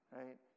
right